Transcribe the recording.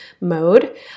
mode